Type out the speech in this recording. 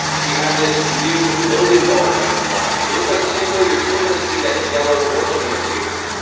we have this new loading bar being applied. so inside tempo, you're still going to see that yellow working indicator,